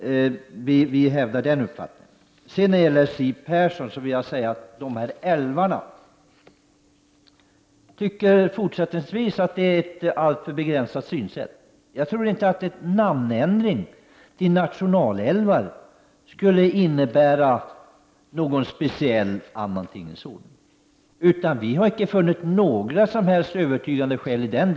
Vi hävdar den uppfattningen. Till Siw Persson vill jag säga några ord beträffande älvarna. Jag tycker fortfarande att det rör sig om ett alltför begränsat synsätt. En namnändring till nationalälvar skulle, enligt min mening, inte innebära någon annan tingens ordning. Vi har inte funnit några som helst övertygande skäl härvidlag.